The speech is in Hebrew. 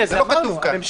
זה לא כתוב פה.